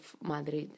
Madrid